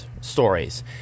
stories